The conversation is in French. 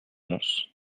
mons